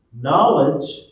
knowledge